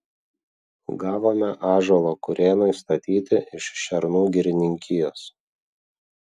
gavome ąžuolo kurėnui statyti iš šernų girininkijos